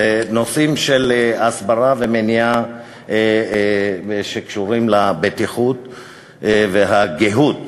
בנושאים של הסברה ומניעה שקשורים לַבטיחות והגהות,